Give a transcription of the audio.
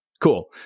Cool